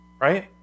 right